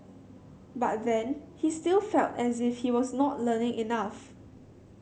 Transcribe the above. but then he still felt as if he was not learning enough